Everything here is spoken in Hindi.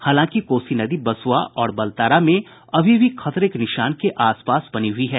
हालांकि कोसी नदी बसुआ और बलतारा में अभी भी खतरे के निशान के आसपास बनी हुई है